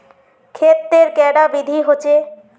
खेत तेर कैडा विधि होचे?